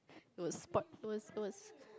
will spot close close